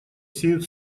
сеют